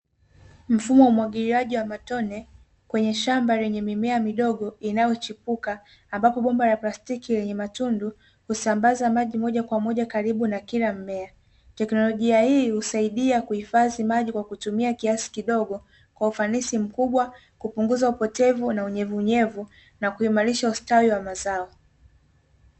Mfumo wa umwagiliaji wa matone, kwenye shamba lenye mimea midogo inayochipuka. ambapo bomba la plastiki lenye matundu, husambaza maji moja kwa moja karibu na kila mmea. teknolojia hii husaidia kuhifadhi maji kwa kutumia kiasi kidogo kwa ufanisi mkubwa, kupunguza upotevu na unyevuunyevu, na kuimarisha ustawi wa mazao.